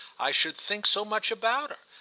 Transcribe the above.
i should think so much about her.